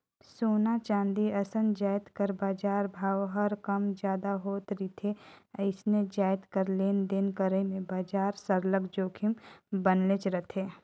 सोना, चांदी असन जाएत कर बजार भाव हर कम जादा होत रिथे अइसने जाएत कर लेन देन करई में बजार में सरलग जोखिम बनलेच रहथे